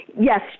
Yes